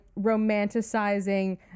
romanticizing